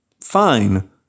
fine